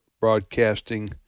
broadcasting